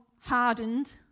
hardened